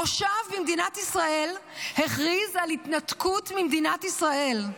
מושב במדינת ישראל הכריז על התנתקות ממדינת ישראל.